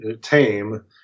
tame